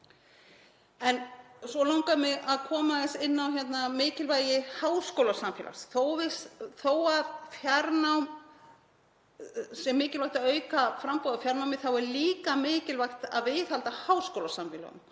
Síðan langar mig að koma aðeins inn á mikilvægi háskólasamfélags. Þó að mikilvægt sé að auka framboð á fjarnámi er líka mikilvægt að viðhalda háskólasamfélögunum,